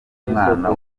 n’umwana